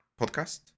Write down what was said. podcast